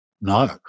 no